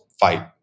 fight